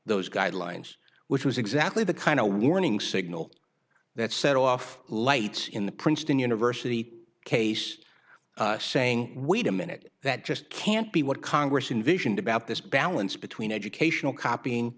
those guidelines which was exactly the kind of warning signal that set off lights in the princeton university case saying wait a minute that just can't be what congress in vision about this balance between educational copying